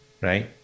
right